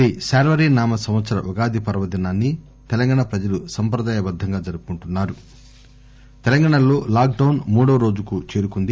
శ్రీ శార్వరి నామ సంవత్సర ఉగాది పర్వదినాన్ని తెలంగాణా ప్రజలు సంప్రదాయ బద్దం గా జరుపుకుంటున్నా రు లీడ్ తెలంగాణా తెలంగాణా లో లాక్ డౌన్ మూడవ రోజుకు చేరుకుంది